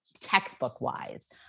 textbook-wise